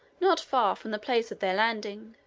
not far from the place of their landing.